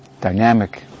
dynamic